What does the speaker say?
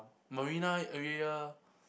Marina area